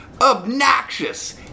obnoxious